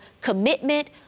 commitment